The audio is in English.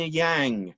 yang